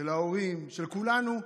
של ההורים, של כולנו,